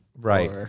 Right